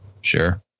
Sure